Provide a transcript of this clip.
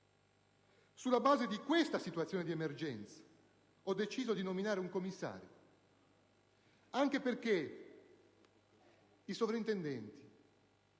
Sulla base di questa situazione di emergenza ho deciso di nominare un commissario, anche perché i soprintendenti